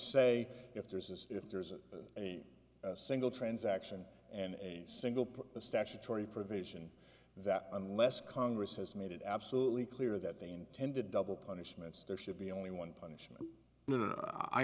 say if this is if there's a single transaction and a single put the statutory provision that unless congress has made it absolutely clear that they intend to double punishments there should be only one punishment i